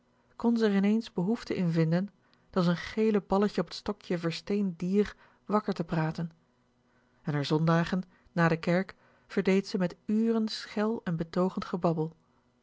kon ze r ineens behoefte in vinden t als n gelen balletje op t stokje versteend dier wakker te praten en r zondagen na de kerk verdeed ze met uren schel en betoogend gebabbel